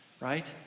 right